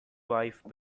wife